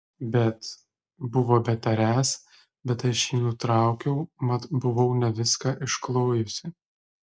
bet buvo betariąs bet aš jį nutraukiau mat buvau ne viską išklojusi